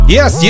Yes